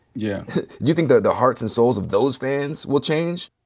yeah. do you think the the hearts and souls of those fans will change?